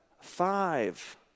five